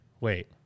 Wait